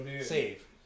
save